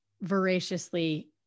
voraciously